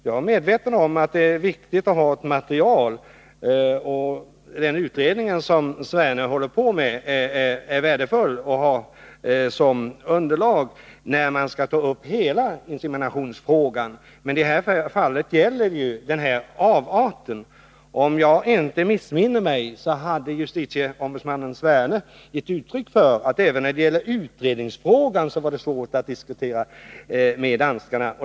Jag är medveten om att det är viktigt att ha ett material, och den utredning som Tor Sverne håller på med är värdefull att ha som underlag när man skall ta upp hela inseminationsfrågan. Men detta fall gäller ju en avart. Om jag inte missminner mig hade JO Sverne gett uttryck för att det även när det gällde utredningsfrågan var svårt att diskutera med danskarna.